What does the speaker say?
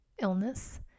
illness